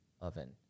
oven